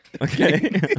Okay